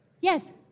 Yes